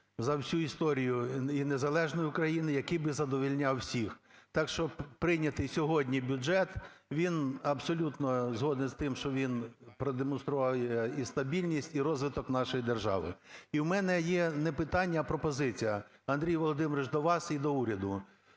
за всю історію і незалежної України, який би задовольняв всіх. Так що прийнятий сьогодні бюджет, він… Абсолютно згоден з тим, що він продемонстрував і стабільність, і розвиток нашої держави. І у мене є не питання, а пропозиція, Андрію Володимировичу, до вас і до уряду: